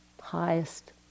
highest